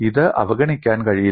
ഇത് അവഗണിക്കാൻ കഴിയില്ല